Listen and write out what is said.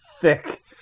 thick